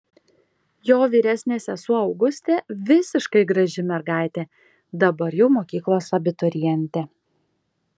jo vyresnė sesuo augustė visiškai graži mergaitė dabar jau mokyklos abiturientė